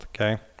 okay